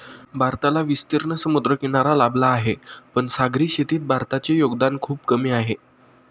भारताला विस्तीर्ण समुद्रकिनारा लाभला आहे, पण सागरी शेतीत भारताचे योगदान खूप कमी आहे